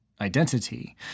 identity